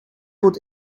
would